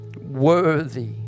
Worthy